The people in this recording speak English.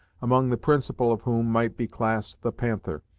among the principal of whom might be classed the panther,